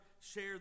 share